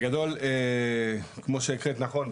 בגדול כמו שהקראת נכון,